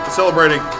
celebrating